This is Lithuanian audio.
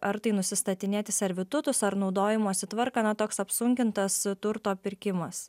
ar tai nusistatinėti servitutus ar naudojimosi tvarką na toks apsunkintas turto pirkimas